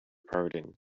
pardon